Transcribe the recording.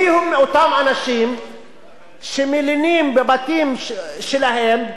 מי הם אותם אנשים שמלינים בבתים שלהם,